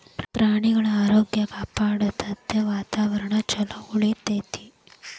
ಪ್ರಾಣಿಗಳ ಆರೋಗ್ಯ ಕಾಪಾಡತತಿ, ವಾತಾವರಣಾ ಚುಲೊ ಉಳಿತೆತಿ